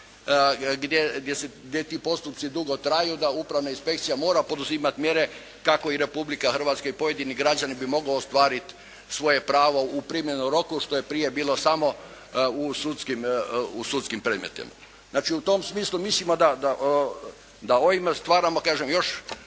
gdje ti postupci dugo traju, da upravna inspekcija mora poduzimati mjere kako i Republika Hrvatska i pojedini građani bi mogli ostvariti svoje pravo u primjerenom roku, što je prije bilo samo u sudskim predmetima. Znači, u tom smislu mislimo da ovime stvaramo kažem još